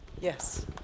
Yes